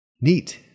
Neat